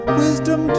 wisdom